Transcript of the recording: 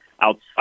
outside